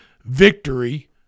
victory